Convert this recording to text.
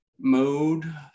mode